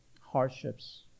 hardships